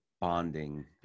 bonding